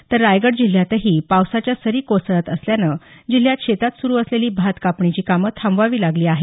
तर रायगड जिल्ह्यातही पावसाच्या सरी कोसळत असल्यानं जिल्ह्यात शेतात सुरू असलेली भात कापणीची कामं थांबवावी लागली आहे